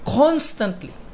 constantly